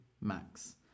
Max